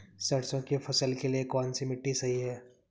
सरसों की फसल के लिए कौनसी मिट्टी सही हैं?